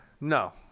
No